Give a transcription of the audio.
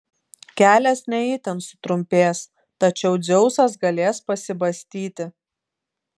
kelias ne itin sutrumpės tačiau dzeusas galės pasibastyti